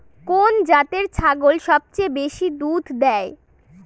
কোন জাতের ছাগল সবচেয়ে বেশি দুধ দেয়?